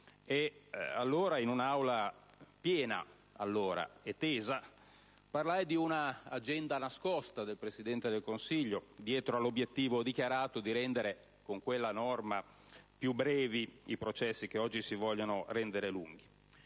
Allora, in un'Aula piena e tesa parlai di un'agenda nascosta del Presidente del Consiglio dietro l'obiettivo dichiarato di rendere, con quella norma, più brevi i processi che oggi si vogliono rendere lunghi.